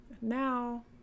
Now